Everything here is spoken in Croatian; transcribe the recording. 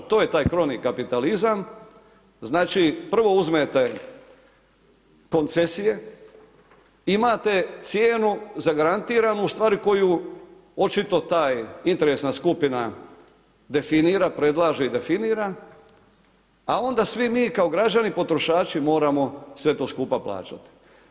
To je taj krovni kapitalizam, znači prvo uzmete koncesije, imate cijenu zagarantiranu u stvari koju očito taj interesna skupina definira, predlaže i definira, a onda svi mi kao građani potrošači moramo sve to skupa plaćati.